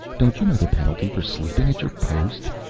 don't you know the penalty for sleeping at your post?